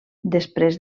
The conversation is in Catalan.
després